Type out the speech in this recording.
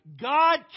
God